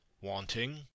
wanting